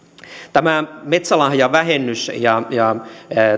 tämä metsälahjavähennys ja ja